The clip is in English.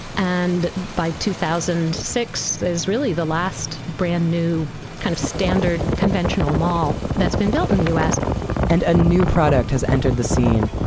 and by two thousand and six is really the last brand new kind of standard, conventional mall that's been built in the u s and a new product has entered the scene.